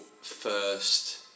first